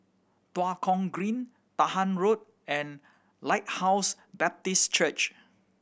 Tua Kong Green Dahan Road and Lighthouse Baptist Church